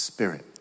Spirit